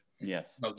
yes